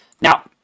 Now